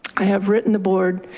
i have written the board.